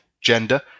gender